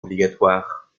obligatoire